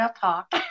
talk